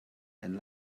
and